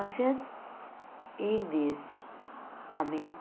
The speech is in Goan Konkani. अशेंच एक दीस आमी